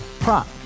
Prop